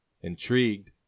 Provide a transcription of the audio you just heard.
Intrigued